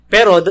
Pero